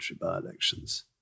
by-elections